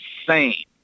insane